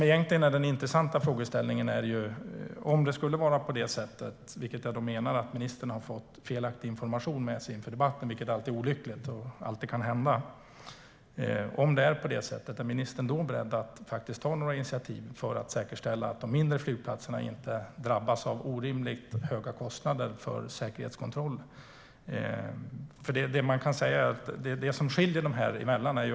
Jag menar att ministern har fått felaktig information med sig inför debatten, vilket alltid är olyckligt men alltid kan hända. Men om det bekräftas att det är som jag säger, är ministern då beredd att ta några initiativ för att säkerställa att de mindre flygplatserna inte drabbas av orimligt höga kostnader för säkerhetskontroller? Det är egentligen den intressanta frågeställningen.